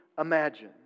imagine